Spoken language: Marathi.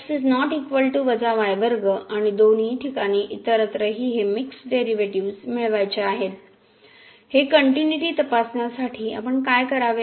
तर आणि दोन्ही ठिकाणी इतरत्रही हे मिक्सड डेरिव्हेटिव्ह्ज मिळवायचे आहेत हे कनटिन्यूटी तपासण्यासाठी आपण काय करावे